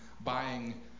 buying